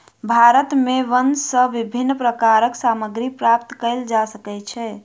भारत में वन सॅ विभिन्न प्रकारक सामग्री प्राप्त कयल जा सकै छै